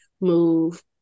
move